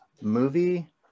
Movie